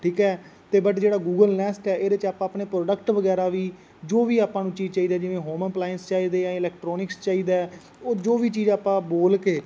ਠੀਕ ਹੈ ਅਤੇ ਬਟ ਜਿਹੜਾ ਗੂਗਲ ਨੈਸਟ ਹੈ ਇਹਦੇ 'ਚ ਆਪਾਂ ਆਪਣੇ ਪ੍ਰੋਡਕਟ ਵਗੈਰਾ ਵੀ ਜੋ ਵੀ ਆਪਾਂ ਨੂੰ ਚੀਜ਼ ਚਾਹੀਦੀ ਜਿਵੇਂ ਹੋਮ ਅਪਲਾਇੰਸ ਚਾਹੀਦੇ ਆ ਇਲੈਕਟਰੋਨਿਕਸ ਚਾਹੀਦਾ ਉਹ ਜੋ ਵੀ ਚੀਜ਼ ਆਪਾਂ ਬੋਲ ਕੇ